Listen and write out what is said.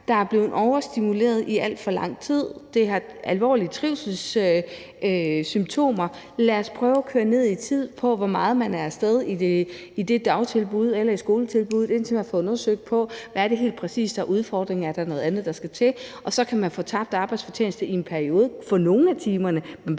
der er blevet overstimuleret i alt for lang tid, og det har alvorlige trivselssymptomer, så lad os prøve at køre ned i tid, med hensyn til hvor meget barnet er af sted i et dagtilbud eller et skoletilbud, indtil man får undersøgt, hvad der helt præcis er af udfordringer, og om der er noget andet, der skal til. Og så kan man få kompensation for tabt arbejdsfortjeneste i en periode for nogle af timerne,